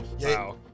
Wow